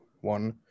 one